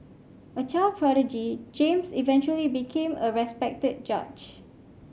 a child prodigy James eventually became a respected judge